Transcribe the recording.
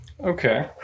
Okay